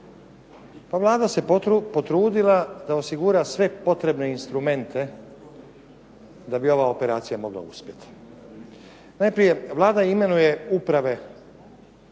Pa Vlada se potrudila da osigura sve potrebne instrumente da bi ova operacija mogla uspjeti. Najprije Vlada imenuje uprave